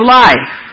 life